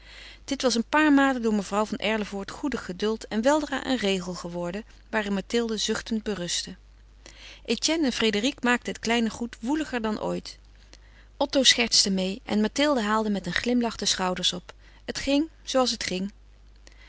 dit was een paar malen door mevrouw van erlevoort goedig geduld en weldra een regel geworden waarin mathilde zuchtend berustte etienne en frédérique maakten het kleine goed woeliger dan ooit otto schertste meê en mathilde haalde met een glimlach de schouders op het ging zooals het ging